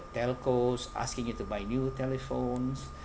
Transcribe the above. telcos asking you to buy new telephones